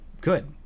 good